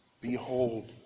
Behold